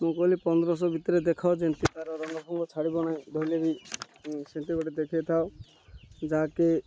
ମୁଁ କହିଲି ପନ୍ଦରଶହ ଭିତରେ ଦେଖାଉ ଯେମିତି ତାର ରଙ୍ଗ ଫଙ୍ଗ ଛାଡ଼ିବ ନାହିଁ ଧୋଇଲେବି ସେମିତି ଗୋଟେ ଦେଖେଇ ଥାଉ ଯାହାକି